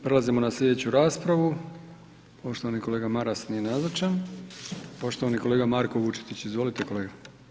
Prelazimo na slijedeću raspravu, poštovani kolega Maras nije nazočan, poštovani kolega Marko Vučetić, izvolite kolega.